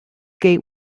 gate